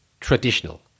traditional